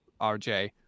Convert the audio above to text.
RJ